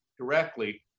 directly